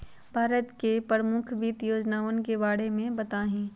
भारत के प्रमुख वित्त योजनावन के बारे में बताहीं